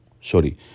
sorry